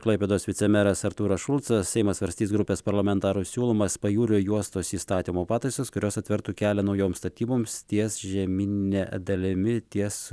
klaipėdos vicemeras artūras šulcas seimas svarstys grupės parlamentarų siūlomas pajūrio juostos įstatymo pataisas kurios atvertų kelią naujoms statyboms ties žemynine dalimi ties